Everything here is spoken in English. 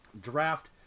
draft